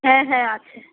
হ্যাঁ হ্যাঁ আছে